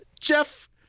Jeff